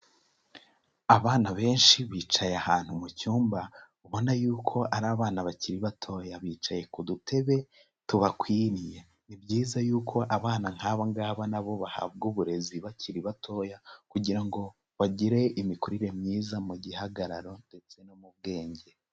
Abana benshi bicaye ahantu mu cyumba ubona y'uko ari abana bakiri batoya, bicaye ku dutebe tubakwiriye. Ni byiza y'uko abana nk'abongaba nabo bahabwa uburezi bakiri batoya kugira ngo bagire imikurire myiza mu gihagararo ndetse no mu ubwenge.